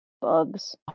bugs